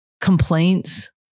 complaints